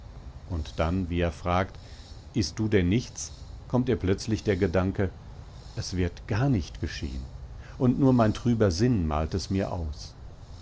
und dann wie er fragt ißt du denn nichts kommt ihr plötzlich der gedanke es wird gar nicht geschehen und nur mein trüber sinn malt es mir aus